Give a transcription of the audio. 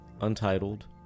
Untitled